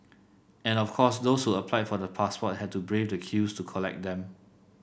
and of course those who applied for the passport had to brave the queues to collect them